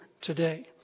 today